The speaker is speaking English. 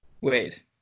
wait